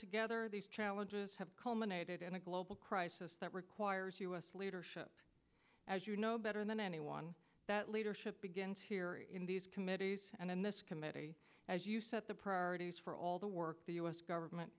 together these challenges have culminated in a global crisis that requires u s leadership as you know better than anyone that leadership begin to hear in these committees and in this committee as you set the priorities for all the work the u s government